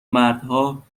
مردها